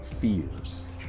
fears